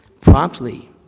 promptly